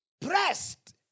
pressed